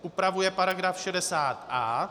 Upravuje § 60a.